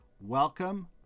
Welcome